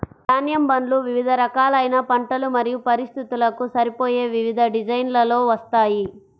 ధాన్యం బండ్లు వివిధ రకాలైన పంటలు మరియు పరిస్థితులకు సరిపోయే వివిధ డిజైన్లలో వస్తాయి